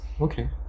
Okay